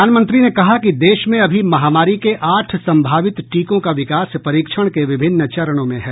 प्रधानमंत्री ने कहा कि देश में अभी महामारी के आठ संभावित टीकों का विकास परीक्षण के विभिन्न चरणों में है